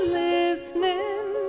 listening